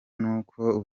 nuko